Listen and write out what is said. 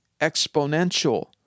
exponential